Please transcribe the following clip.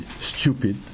stupid